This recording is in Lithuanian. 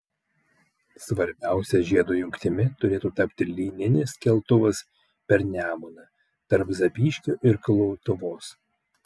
svarbiausia žiedo jungtimi turėtų tapti lyninis keltuvas per nemuną tarp zapyškio ir kulautuvos